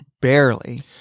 barely